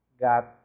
got